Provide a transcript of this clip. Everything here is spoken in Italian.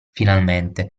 finalmente